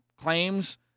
claims